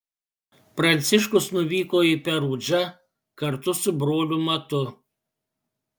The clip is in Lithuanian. pranciškus nuvyko į perudžą kartu su broliu matu